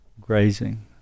grazing